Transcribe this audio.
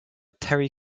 terry